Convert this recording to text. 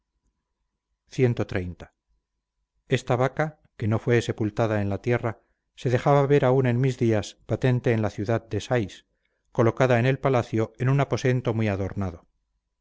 cxxx está vaca que no fue sepultada en la tierra se dejaba ver aun en mis días patente en la ciudad de sais colocada en el palacio en un aposento muy adornado